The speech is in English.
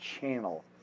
channel